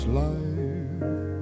life